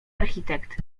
architekt